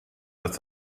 dass